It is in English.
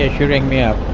ah she rang me up.